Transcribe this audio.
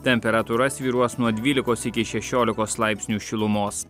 temperatūra svyruos nuo dvylikos iki šešiolikos laipsnių šilumos